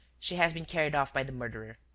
she has been carried off by the murderer.